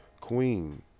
queen